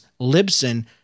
Libsyn